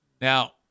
Now